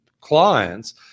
clients